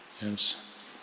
Yes